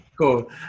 cool